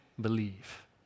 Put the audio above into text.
believe